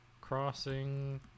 crossing